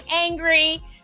angry